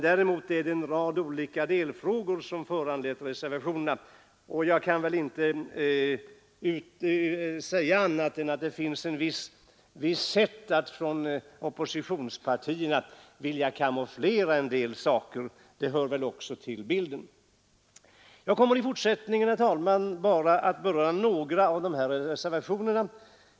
Däremot har en rad olika delfrågor föranlett reservationer, och jag kan inte säga annat än att det finns exempel på att oppositionspartierna velat kamouflera en del saker. Det hör väl också till bilden. Jag kommer i fortsättningen att beröra bara några av de här reservationerna.